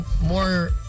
More